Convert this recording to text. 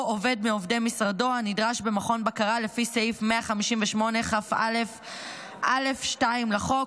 עובד מעובדי משרדו הנדרש במכון בקרה לפי סעיף 158כא(א)(2) לחוק,